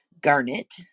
garnet